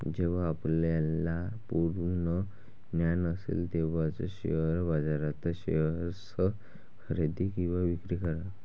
जेव्हा आपल्याला पूर्ण ज्ञान असेल तेव्हाच शेअर बाजारात शेअर्स खरेदी किंवा विक्री करा